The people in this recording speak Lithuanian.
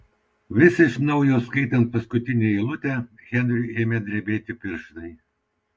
vis iš naujo skaitant paskutinę eilutę henriui ėmė drebėti pirštai